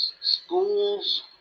schools